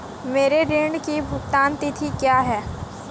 मेरे ऋण की भुगतान तिथि क्या है?